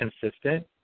consistent